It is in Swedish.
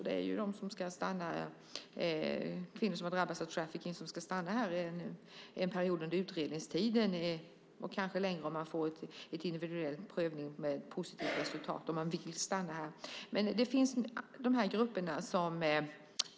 Det är kvinnor som har drabbats av trafficking och ska stanna här en period under utredningstiden och kanske längre om de får individuell prövning med positivt resultat - om de vill stanna här.